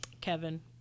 Kevin